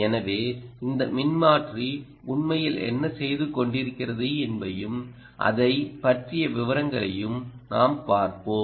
எனவே இந்த மின்மாற்றி உண்மையில் என்ன செய்து கொண்டிருக்கிறது என்பதையும் அதை பற்றிய விவரங்களையும் நாம் பார்ப்போம்